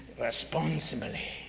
responsibly